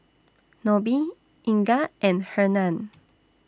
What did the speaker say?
Nobie Inga and Hernan